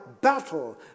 battle